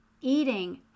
eating